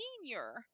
senior